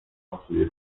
pasuje